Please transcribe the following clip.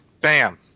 Bam